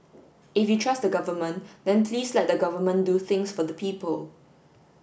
if you trust the Government then please let the Government do things for the people